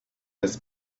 his